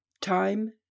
Time